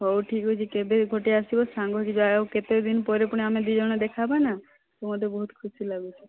ହେଉ ଠିକ ଅଛି କେବେ ଗୋଟିଏ ଆସିବ ସାଙ୍ଗ ହୋଇକି ଯାଏ ଆଉ କେତେ ଦିନ ପରେ ପୁଣି ଆମେ ଦୁଇ ଜଣ ଦେଖା ହେବା ନା ତ ମୋତେ ବହୁତ ଖୁସି ଲାଗୁଛି